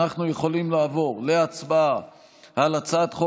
אנחנו יכולים לעבור להצבעה על הצעת החוק